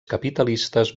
capitalistes